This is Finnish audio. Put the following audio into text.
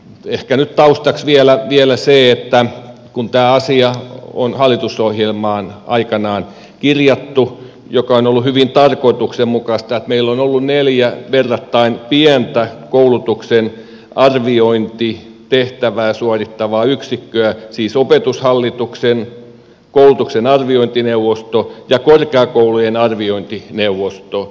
ehkä nyt taustaksi vielä se että kun tämä asia on hallitusohjelmaan aikanaan kirjattu mikä on ollut hyvin tarkoituksenmukaista että meillä on ollut neljä verrattain pientä koulutuksen arviointitehtävää suorittavaa yksikköä siis opetushallitus koulutuksen arviointineuvosto ja korkeakoulujen arviointineuvosto